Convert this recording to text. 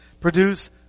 produce